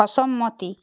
অসম্মতি